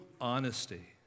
honesty